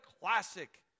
classic